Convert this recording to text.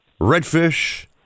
redfish